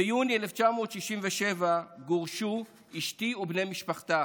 ביוני 1967 גורשו אשתי ובני משפחתה